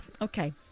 Okay